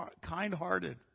kind-hearted